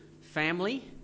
family